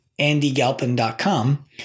andygalpin.com